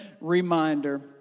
reminder